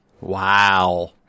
Wow